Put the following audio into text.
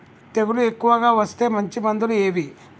తెగులు ఎక్కువగా వస్తే మంచి మందులు ఏవి?